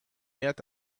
yet